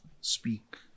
speak